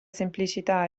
semplicità